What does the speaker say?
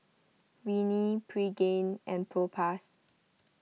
Rene Pregain and Propass